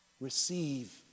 Receive